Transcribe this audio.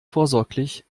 vorsorglich